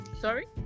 Sorry